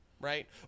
right